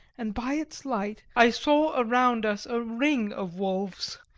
and by its light i saw around us a ring of wolves,